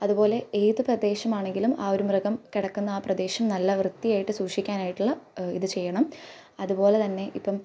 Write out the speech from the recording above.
അതുപോലെ ഏത് പ്രദേശമാണെങ്കിലും ആ ഒരു മൃഗം കിടക്കുന്ന ആ പ്രദേശം നല്ല വൃത്തിയായിട്ട് സൂക്ഷിക്കാനായിട്ടുള്ള ഇത് ചെയ്യണം അതുപോലെ തന്നെ ഇപ്പം